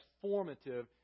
formative